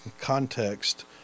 context